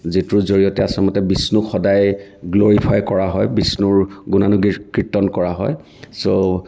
যিটোৰ জৰিয়তে আচলতে বিষ্ণুক সদায় গ্লৰিফাই কৰা হয় বিষ্ণুৰ গুণানুকীৰ্তন কৰা হয় চ'